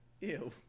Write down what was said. Ew